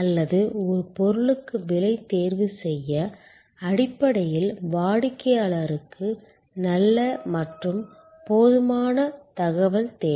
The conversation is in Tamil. அல்லது ஒரு பொருளுக்கு விலை தேர்வு செய்ய அடிப்படையில் வாடிக்கையாளருக்கு நல்ல மற்றும் போதுமான போதுமான தகவல் தேவை